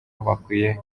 bakwiye